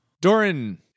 Doran